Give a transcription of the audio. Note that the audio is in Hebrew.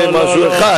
זה משהו אחד,